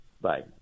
bye